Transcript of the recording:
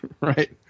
Right